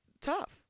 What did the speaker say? tough